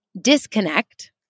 Disconnect